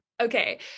okay